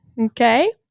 Okay